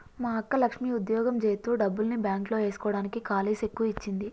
మా అక్క లక్ష్మి ఉద్యోగం జేత్తు డబ్బుల్ని బాంక్ లో ఏస్కోడానికి కాలీ సెక్కు ఇచ్చింది